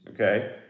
okay